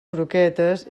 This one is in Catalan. croquetes